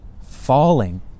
falling